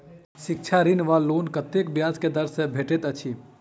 शिक्षा ऋण वा लोन कतेक ब्याज केँ दर सँ भेटैत अछि?